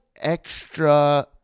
extra